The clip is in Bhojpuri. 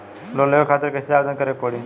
लोन लेवे खातिर कइसे आवेदन करें के पड़ी?